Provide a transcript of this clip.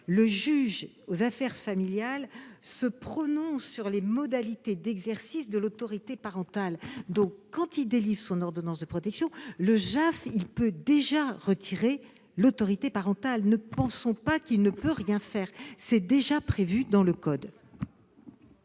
Le juge aux affaires familiales se prononce sur les modalités d'exercice de l'autorité parentale. Quand il délivre son ordonnance de protection, le JAF peut donc déjà retirer l'autorité parentale. Ne pensons pas qu'il ne peut rien faire ! Cette possibilité est déjà prévue dans le code.